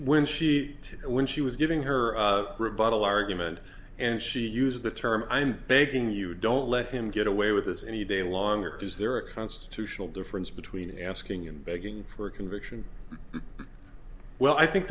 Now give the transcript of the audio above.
when she when she was giving her rebuttal argument and she used the term i'm begging you don't let him get away with this any day longer is there a constitutional difference between asking and begging for a conviction well i think